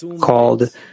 called